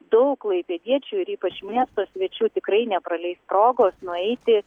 daug klaipėdiečių ir ypač miesto svečių tikrai nepraleis progos nueiti